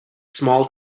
small